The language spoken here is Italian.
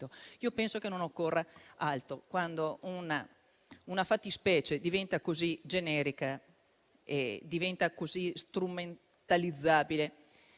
Penso che non occorra altro: quando una fattispecie diventa così generica e così strumentalizzabile,